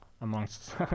amongst